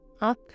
up